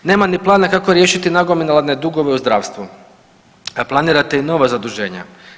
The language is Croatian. Nema ni plana kako riješiti nagomilane dugove u zdravstvu, a planirate i nova zaduženja.